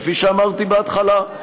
כפי שאמרתי בהתחלה.